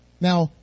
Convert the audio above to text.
Now